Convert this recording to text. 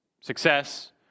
success